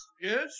Yes